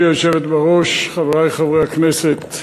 גברתי היושבת בראש, חברי חברי הכנסת,